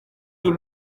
iyi